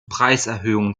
preiserhöhungen